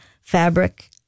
fabric